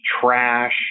trash